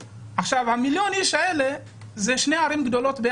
מיליון האיש האלה זה שתי ערים גדולות.